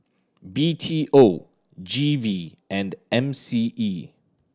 B T O G V and M C E